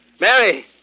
Mary